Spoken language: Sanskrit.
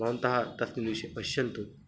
भवन्तः तस्मिन् विषये पश्यन्तु